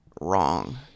wrong